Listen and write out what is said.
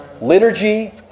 liturgy